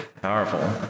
Powerful